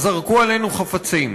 זרקו עלינו חפצים.